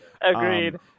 agreed